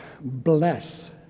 bless